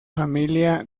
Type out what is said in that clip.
familia